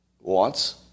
Wants